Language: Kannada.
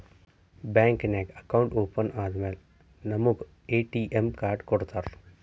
ಬ್ಯಾಂಕ್ ನಾಗ್ ಅಕೌಂಟ್ ಓಪನ್ ಆದಮ್ಯಾಲ ನಮುಗ ಎ.ಟಿ.ಎಮ್ ಕಾರ್ಡ್ ಕೊಡ್ತಾರ್